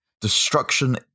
Destruction